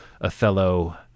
Othello